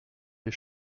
des